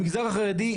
המגזר החרדי,